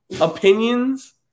opinions